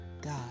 God